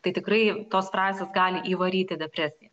tai tikrai tos frazės gali įvaryti depresiją